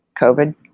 COVID